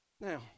Now